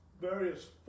various